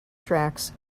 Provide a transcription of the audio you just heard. tracks